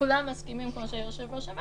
וכולם מסכימים פה כמו שהיושב-ראש אמר